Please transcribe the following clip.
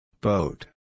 Boat